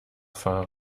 fahren